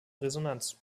resonanz